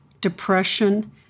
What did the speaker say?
depression